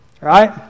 right